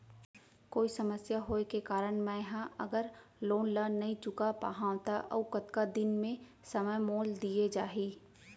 कोई समस्या होये के कारण मैं हा अगर लोन ला नही चुका पाहव त अऊ कतका दिन में समय मोल दीये जाही?